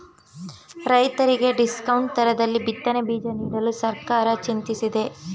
ರೈತರಿಗೆ ಡಿಸ್ಕೌಂಟ್ ದರದಲ್ಲಿ ಬಿತ್ತನೆ ಬೀಜ ನೀಡಲು ಸರ್ಕಾರ ಚಿಂತಿಸಿದೆ